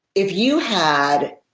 if you had